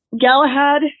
Galahad